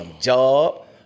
job